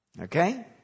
Okay